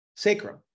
sacrum